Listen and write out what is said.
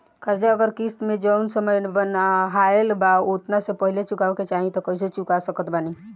कर्जा अगर किश्त मे जऊन समय बनहाएल बा ओतना से पहिले चुकावे के चाहीं त कइसे चुका सकत बानी?